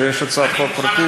אתה יודע שיש הצעת חוק פרטית,